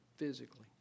physically